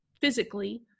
physically